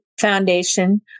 Foundation